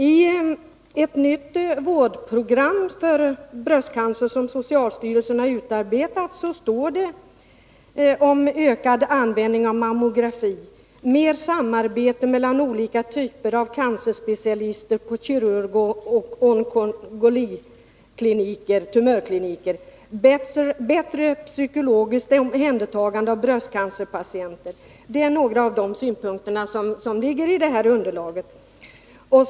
I underlaget för ett nytt vårdprogram för bröstcancer, som socialstyrelsen har utarbetat, talas det om ökad användning av mammografi, mer samarbete mellan olika typer av cancerspecialister på kirurgoch onkologikliniker, dvs. tumörkliniker, och bättre psykologiskt omhändertagande av bröstcancerpatienter. Det är några av de synpunkter som ingår i underlaget.